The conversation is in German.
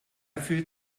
fühlt